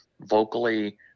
vocally